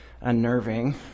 unnerving